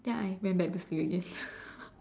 then I went back to sleep again